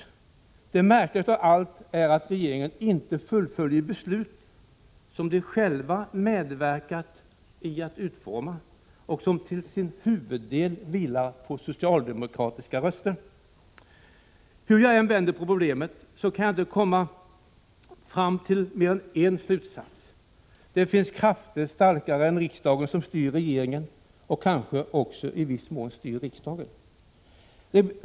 Det märkligaste av allt är att regeringen inte fullföljer beslut som den själv medverkat till att utforma och som till sin huvuddel vilar på socialdemokratiska röster. Hur jag än vänder på problemet kan jag inte komma fram till mer än en slutsats. Det finns krafter starkare än riksdagen som styr regeringen och kanske också i viss mån också styr riksdagen.